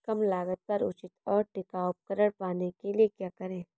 कम लागत पर उचित और टिकाऊ उपकरण पाने के लिए क्या करें?